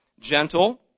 gentle